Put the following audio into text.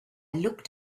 looked